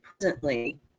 presently